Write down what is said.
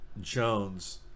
Jones